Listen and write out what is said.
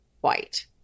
white